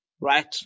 right